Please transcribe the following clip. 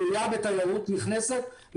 תלויה בתיירות נכנסת.